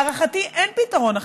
להערכתי אין פתרון אחר.